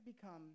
become